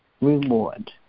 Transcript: Reward